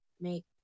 make